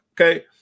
Okay